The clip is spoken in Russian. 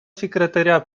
секретаря